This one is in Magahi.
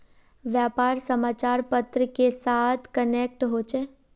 व्यापार समाचार पत्र के साथ कनेक्ट होचे?